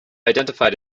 identified